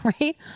right